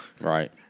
Right